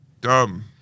dumb